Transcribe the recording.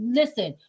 listen